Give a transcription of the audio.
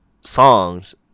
songs